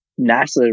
NASA